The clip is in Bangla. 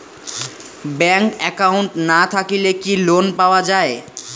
ব্যাংক একাউন্ট না থাকিলে কি লোন পাওয়া য়ায়?